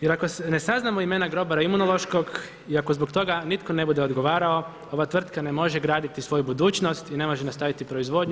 Jer ako ne saznamo imena grobara Imunološkog i ako zbog toga nitko ne bude odgovarao ova tvrtka ne može graditi svoju budućnost i ne može nastaviti proizvodnju.